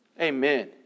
Amen